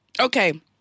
okay